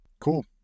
Cool